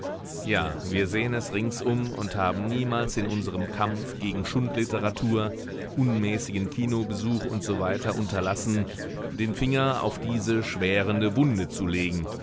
ja wir sehen es ringsum und haben niemals in unserem kampf gegen schundliteratur unmäßigen kinobesuch usw unterlassen den finger auf diese schwärende wunde zu legen